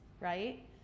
right